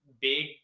big